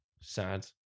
sad